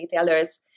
retailers